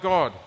God